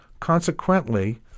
Consequently